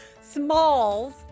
Smalls